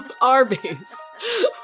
Arby's